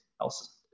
else